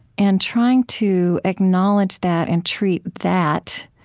and trying to acknowledge that and treat that,